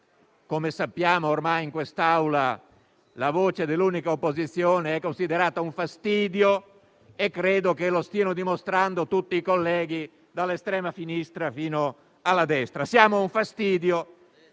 come sappiamo - ormai in quest'Aula la voce dell'unica opposizione è considerata un fastidio, e credo che lo stiano dimostrando tutti i colleghi dall'estrema sinistra fino alla destra: siamo un fastidio